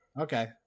Okay